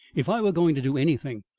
if i were going to do anything,